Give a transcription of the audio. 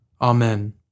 Amen